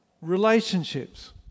Relationships